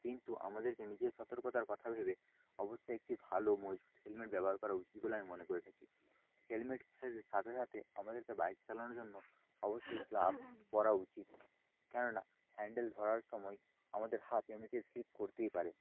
কিন্তু আমাদেরকে নিজের সতর্কতার কথা ভেবে অবশ্যই একটি ভালো মজবুত হেলমেট ব্যবহার করা উচিত বলে আমি মনে করে থাকি হেলমেট ছেড়ে সাথে সাথে আমাদেরকে বাইক চালানোর জন্য অবশ্যই গ্লাভস পরা উচিত কেননা হ্যাণ্ডেল ধরার সময় আমাদের হাত এমনিতেই স্লিপ করতেই পারে